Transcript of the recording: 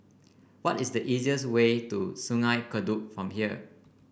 what is the easiest way to Sungei Kadut from here